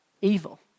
evil